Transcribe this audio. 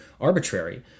arbitrary